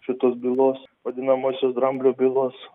šitos bylos vadinamosios dramblio bylos